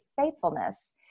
faithfulness